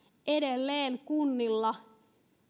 edelleen kunnilla